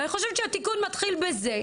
ואני חושבת שהתיקון מתחיל בזה,